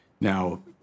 Now